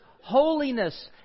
holiness